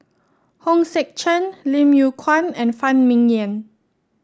Hong Sek Chern Lim Yew Kuan and Phan Ming Yen